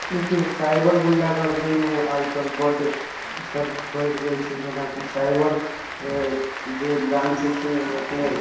देखियौ साइबर गुण्डागर्दीमे आइकाल्हि बड ईसभ बढ़ि गेल छै जेनाकि साइबर जे ब्रांच होइ छै ओहिमेके